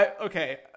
Okay